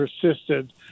persisted